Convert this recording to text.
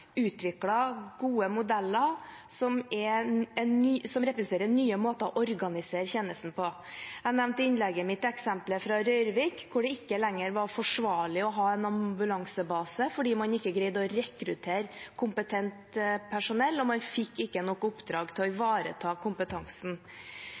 gode modeller som representerer nye måter å organisere tjenesten på. Jeg nevnte i innlegget mitt eksemplet fra Røyrvik, hvor det ikke lenger var forsvarlig å ha en ambulansebase fordi man ikke greide å rekruttere kompetent personell, og man ikke fikk nok oppdrag til å